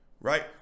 Right